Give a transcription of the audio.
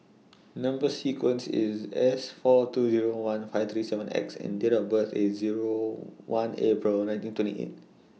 Number sequence IS S four two Zero one five three seven X and Date of birth IS Zero one April nineteen twenty eight